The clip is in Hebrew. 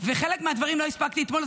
תשקול את המילים הבאות